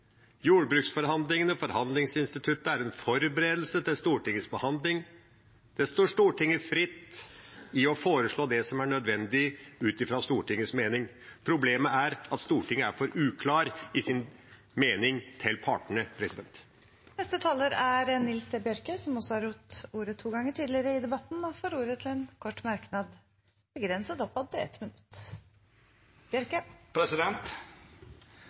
Jordbruksforhandlingene, forhandlingsinstituttet, er en forberedelse til Stortingets behandling. Stortinget står fritt til å foreslå det som er nødvendig, ut fra Stortingets mening. Problemet er at Stortinget er for uklar i sin mening til partene. Representanten Nils T. Bjørke har hatt ordet to ganger tidligere og får ordet til en kort merknad, begrenset til 1 minutt.